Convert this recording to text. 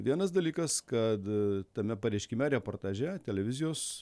vienas dalykas kad tame pareiškime reportaže televizijos